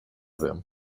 them